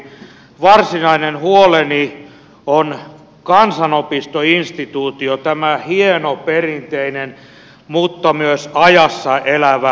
varsinainen huoleni on kansanopistoinstituutio tämä hieno perinteinen mutta myös ajassa elävä koulutusmuoto